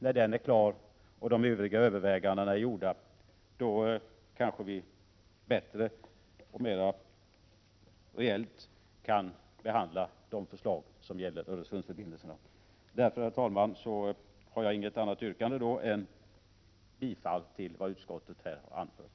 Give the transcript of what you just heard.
När den är klar och de övriga övervägandena gjorda kan vi kanske bättre och mer reellt behandla förslagen som gäller Öresundsförbindelser. Därför, herr talman, har jag inget annat yrkande än om bifall till utskottets hemställan.